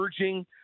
urging